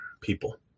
people